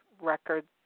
records